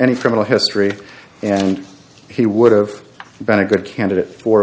any criminal history and he would've been a good candidate for